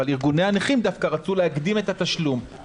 אבל ארגוני הנכים רצו דווקא להקדים את התשלום.